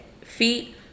feet